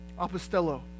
apostello